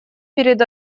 перед